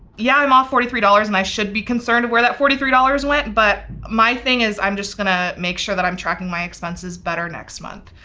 yeah, i'm off forty three dollars and i should be concerned where that forty three dollars went, but my thing is i'm just gonna make sure that i'm tracking my expenses better next month.